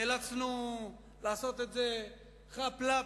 נאלצנו לעשות את זה חאפ-לאפ.